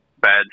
bad